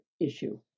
issue